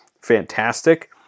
fantastic